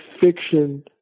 fiction